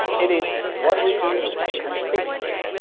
it is what we do consistently.